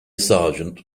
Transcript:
sergeant